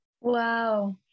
Wow